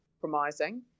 compromising